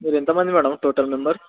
మీరు ఎంతమంది madam total members